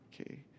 Okay